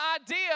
idea